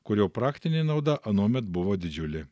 kurio praktinė nauda anuomet buvo didžiulė